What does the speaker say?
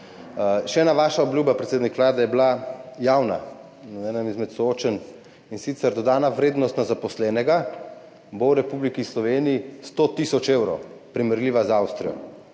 Še ena vaša obljuba, predsednik Vlade, je bila javna na enem izmed soočenj, in sicer dodana vrednost na zaposlenega bo v Republiki Sloveniji 100 tisoč evrov, primerljiva z Avstrijo.